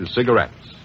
Cigarettes